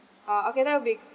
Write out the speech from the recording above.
uh okay that will be